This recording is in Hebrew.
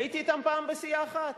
הייתי אתם פעם בסיעה אחת.